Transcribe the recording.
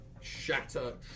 Shatter